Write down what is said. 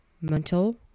mental